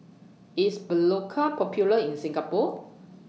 IS Berocca Popular in Singapore